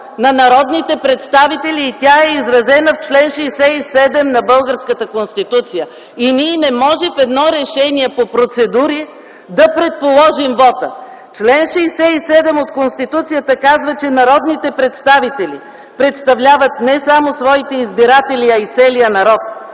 на народните представители и тя е изразена в чл. 67 на българската Конституция. Ние не можем в едно решение по процедури да предположим вота. Член 67 от Конституцията казва, че: „ (1) Народните представители представляват не само своите избиратели, а и целия народ.